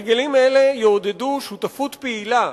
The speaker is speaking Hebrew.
הרגלים אלה יעודדו שותפות פעילה